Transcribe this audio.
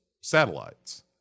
satellites